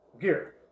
Gear